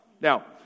Now